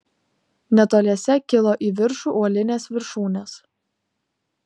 netoliese kilo į viršų uolinės viršūnės